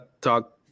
talk